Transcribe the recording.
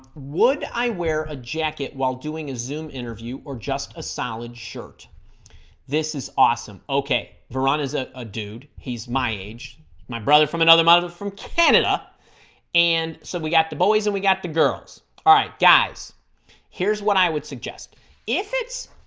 would i wear a jacket while doing a zoom interview or just a solid shirt this is awesome ok varane is a a dude he's my age my brother from another mother from canada and so we got the boys and we got the girls all right guys here's what i would suggest if it's